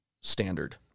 standard